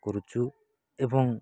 କରୁଛୁ ଏବଂ